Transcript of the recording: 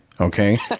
okay